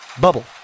Bubble